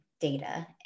data